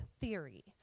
theory